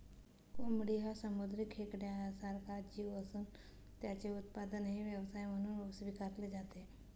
कोळंबी हा समुद्री खेकड्यासारखा जीव असून त्याचे उत्पादनही व्यवसाय म्हणून स्वीकारले जाते